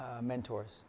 mentors